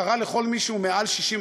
הוא קרא לכל מי שהוא מעל הגיל,